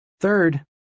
third